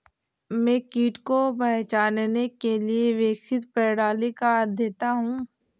मैं कीट को पहचानने के लिए विकसित प्रणाली का अध्येता हूँ